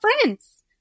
friends